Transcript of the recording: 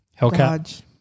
Hellcat